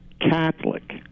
Catholic